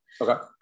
Okay